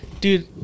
dude